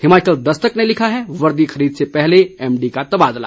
हिमाचल दस्तक ने लिखा है वर्दी खरीद से पहले एमडी का तबादला